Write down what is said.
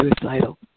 suicidal